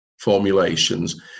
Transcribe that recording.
formulations